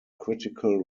critical